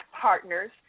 partners